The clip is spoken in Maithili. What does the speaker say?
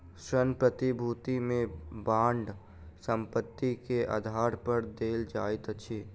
ऋण प्रतिभूति में बांड संपत्ति के आधार पर देल जाइत अछि